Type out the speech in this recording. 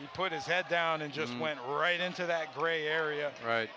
who put his head down and just went right into that gray area right